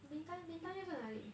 bintan bintan 又是那里